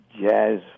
Jazz